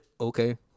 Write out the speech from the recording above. okay